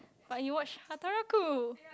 but you watch Hataraku